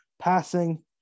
Passing